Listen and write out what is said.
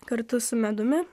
kartu su medumi